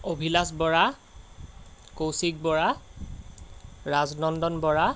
Abhilash Bora Kaushik Bora Rajnandan Bora